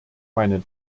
meine